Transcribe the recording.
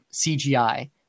CGI